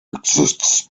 exists